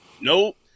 nope